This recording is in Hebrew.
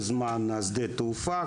בזמן שדה התעופה,